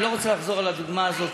אני לא רוצה לחזור על הדוגמה הזאת,